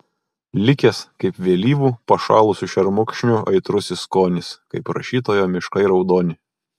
likęs kaip vėlyvų pašalusių šermukšnių aitrusis skonis kaip rašytojo miškai raudoni